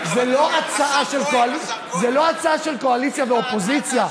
זה לא הצעה של קואליציה ואופוזיציה.